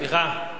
סליחה.